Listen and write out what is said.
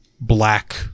black